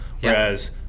whereas